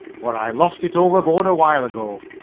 but i lost it overboard a while ago.